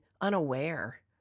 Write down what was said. unaware